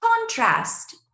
contrast